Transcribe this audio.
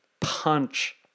punch